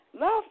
Love